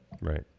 Right